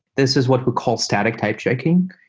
this is what we call static type checking,